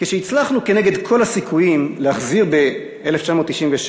כשהצלחנו, כנגד כל הסיכויים, להחזיר ב-1996